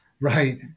right